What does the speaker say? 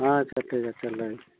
ᱦᱮᱸ ᱟᱪᱷᱟ ᱴᱷᱤᱠ ᱟᱪᱷᱮ ᱞᱟᱹᱭ ᱢᱮ